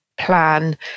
plan